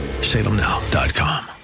salemnow.com